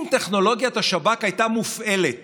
אם טכנולוגיית השב"כ הייתה מופעלת